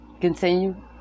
Continue